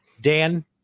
Dan